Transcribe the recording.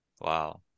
Wow